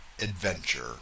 Adventure